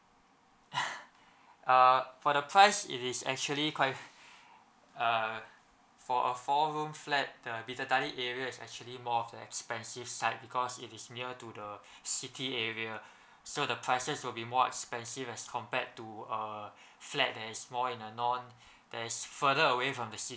uh for the price it is actually quite err for a four room flat the bidadari area is actually more of the expensive side because if it's near to the city area so the prices will be more expensive as compared to a flat that is small in a non that's further away from the city